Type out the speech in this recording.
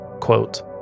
Quote